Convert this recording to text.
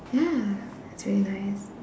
ya it's really nice